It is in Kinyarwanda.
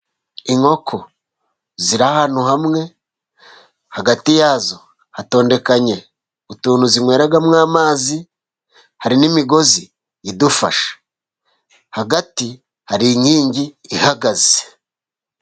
Inkoko ziri ahantu hamwe, hagati yazo hatondekanye utuntu zinyweramo amazi, hari n'imigozi idufashe , hagati hari inkingi ihagaze.